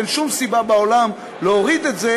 אין שום סיבה בעולם להוריד את זה,